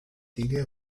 tingué